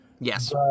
Yes